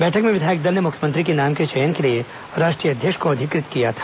बैठक में विधायक दल ने मुख्यमंत्री के नाम के चयन के लिए राष्ट्रीय अध्यक्ष को अधिकृत किया था